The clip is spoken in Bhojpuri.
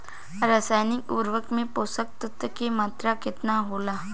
रसायनिक उर्वरक मे पोषक तत्व के मात्रा केतना होला?